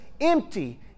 empty